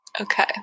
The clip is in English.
Okay